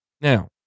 Now